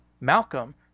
Malcolm